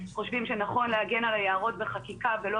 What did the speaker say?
חושבים שזה נכון להגן על היערות בחקיקה ולא